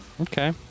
Okay